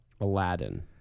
Aladdin